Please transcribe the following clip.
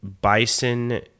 bison